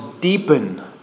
deepen